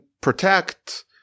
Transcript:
protect